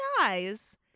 eyes